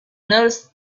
noticed